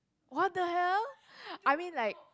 what the hell I mean like